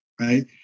right